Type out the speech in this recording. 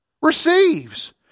receives